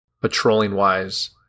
patrolling-wise